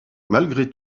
malgré